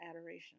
adoration